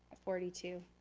forty two.